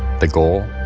the goal?